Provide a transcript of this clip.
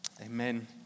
Amen